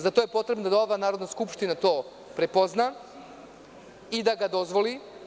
Zato je potrebna da Narodna skupština to prepozna i da ga dozvoli.